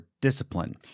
discipline